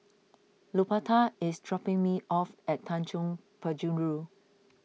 Luberta is dropping me off at Tanjong Penjuru